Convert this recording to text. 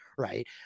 right